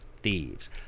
thieves